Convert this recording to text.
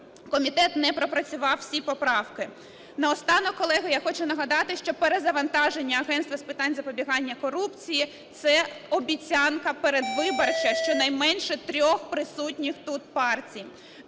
комітет не пропрацював всі поправки. Наостанок, колеги, я хочу нагадати, що перезавантаження Агентства з питань запобігання корупції – це обіцянка передвиборча щонайменше трьох присутніх тут партій.